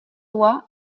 lois